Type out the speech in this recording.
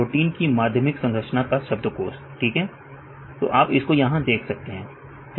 protein की माध्यमिक संरचना का शब्दकोश ठीक है तो आप इसको यहां देख सकते हैं